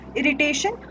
irritation